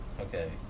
Okay